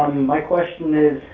my question is,